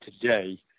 today